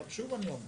אבל שוב אני אומר